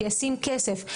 שישים כסף.